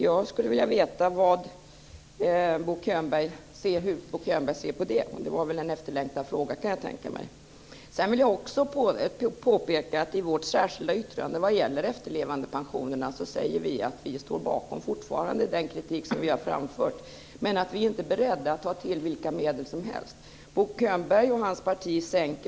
Jag skulle vilja veta hur Bo Könberg ser på det. Jag kan tänka mig att det var en efterlängtad fråga. I vårt särskilda yttrande säger vi vad gäller efterlevandepensionerna att vi fortfarande står bakom den kritik som vi tidigare framfört men att vi inte är beredda att ta till vilka medel som helst.